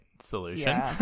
solution